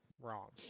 Wrong